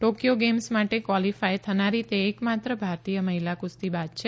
Tokyo games માટે qualify થનારી તે એકમાત્ર ભારતીય મહિલા કુસ્તીબાજ છે